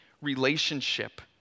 relationship